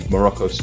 Morocco